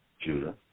Judah